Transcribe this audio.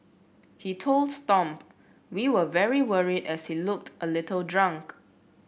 he told Stomp we were very worried as he looked a little drunk